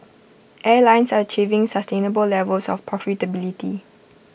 airlines are achieving sustainable levels of profitability